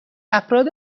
افراد